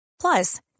Plus